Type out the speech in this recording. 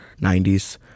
90s